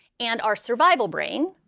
and our survival brain,